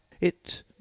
It